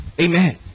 Amen